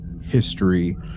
history